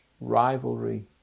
rivalry